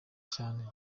cyane